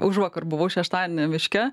užvakar buvau šeštadienį miške